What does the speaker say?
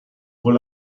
con